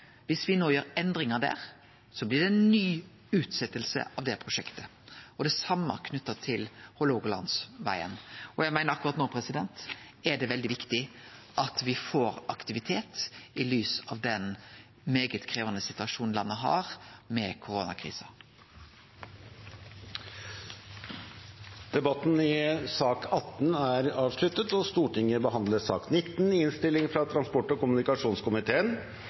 Viss me no gjer endringar der, blir det ei ny utsetjing av det prosjektet. Det same gjeld for Hålogalandsvegen. Eg meiner at akkurat no er det veldig viktig at me får aktivitet, i lys av den svært krevjande situasjonen landet har med koronakrisa. Flere har ikke bedt om ordet til sak nr. 18. Etter ønske fra transport- og kommunikasjonskomiteen vil presidenten ordne debatten slik: 3 minutter til hver partigruppe og